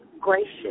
gracious